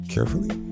Carefully